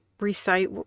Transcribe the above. recite